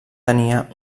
tenia